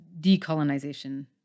decolonization